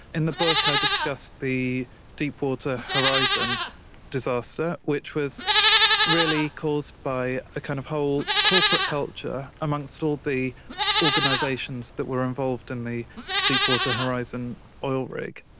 in the book i discuss the deepwater horizon disaster, which was really caused by a kind of whole corporate culture amongst all the organisations that were involved in the deepwater horizon oil rig.